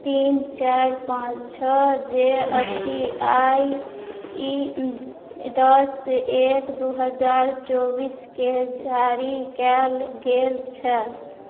तीन चारि पाँच छओ जे अछि आ ई दश एक दू हजार चौबीस केँ जारी कयल गेल छल